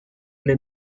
lay